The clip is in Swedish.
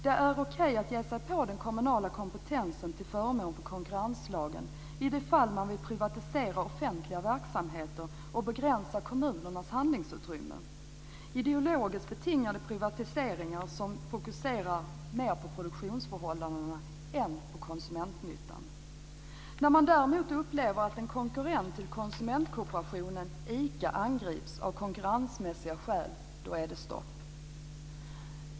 Det är okej att ge sig på den kommunala kompetensen till förmån för konkurrenslagen i de fall man vill privatisera offentliga verksamheter och begränsa kommunernas handlingsutrymme - ideologiskt betingade privatiseringar som fokuserar mer på produktionsförhållandena än på konsumentnyttan. När man däremot upplever att en konkurrent till konsumentkooperationen ICA angrips av konkurrensmässiga skäl är det stopp.